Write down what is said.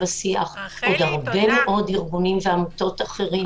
הרבה מאוד ארגונים ועמותות אחרים.